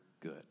good